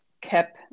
cap